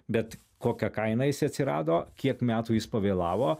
bet kokia kaina jis atsirado kiek metų jis pavėlavo